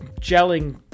gelling